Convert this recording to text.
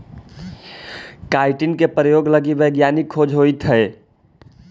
chitin के प्रयोग लगी वैज्ञानिक खोज होइत हई